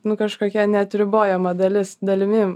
nu kažkokia neatribojama dalis dalimi